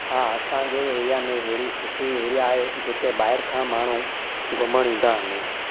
हा असांजे एरिया में एड़ी सुठी एरिया आहे जिते ॿाहिरि खां माण्हू घुमण ईंदा आहिनि